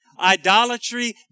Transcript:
Idolatry